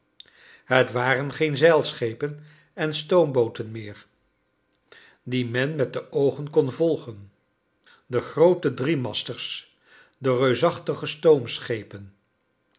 het waren geen zeilschepen en stoombooten meer die men met de oogen kon volgen de groote driemasters de reusachtige